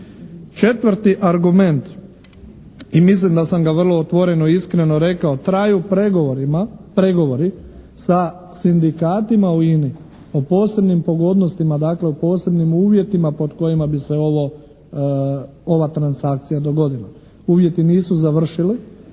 Četvrti argument i mislim da sam ga vrlo otvoreno i iskreno rekao. Traju pregovori sa sindikatima u INA-i o posebnim pogodnostima, dakle, u posebnim uvjetima pod kojima bi se ovo, ova transakcija dogodila. Uvjeti nisu završili